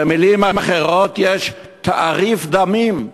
במילים אחרות, יש תעריף דמים,